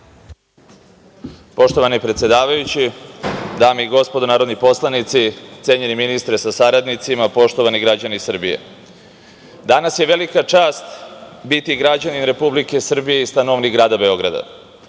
Poštovani predsedavajući, dame i gospodo narodni poslanici, cenjeni ministre sa saradnicima, poštovani građani Srbije, danas je velika čast biti građanin Republike Srbije i stanovnik grada Beograda.